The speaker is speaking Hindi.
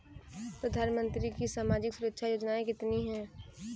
प्रधानमंत्री की सामाजिक सुरक्षा योजनाएँ कितनी हैं?